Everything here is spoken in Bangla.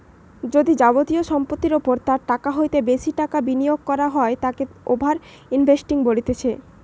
যদি যাবতীয় সম্পত্তির ওপর তার হইতে বেশি টাকা বিনিয়োগ করা হয় তাকে ওভার ইনভেস্টিং বলতিছে